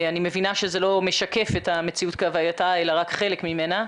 אני מבינה שזה לא משקף את המציאות כהווייתה אלא רק חלק ממנה,